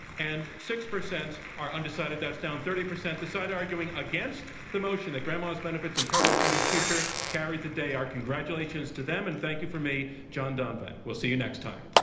and six percent are undecided. that's down thirty percent. the side arguing against the motion that grandma's benefits imperil junior's future carries the day. our congratulations to them. and thank you for me, john donvan. we'll see you next time.